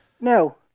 No